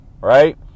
right